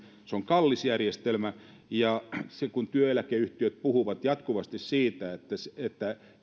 se on kallis järjestelmä työeläkeyhtiöt puhuvat jatkuvasti siitä että ei